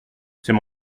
c’est